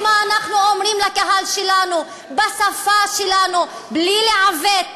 מה אנחנו אומרים לקהל שלנו בשפה שלנו, בלי לעוות,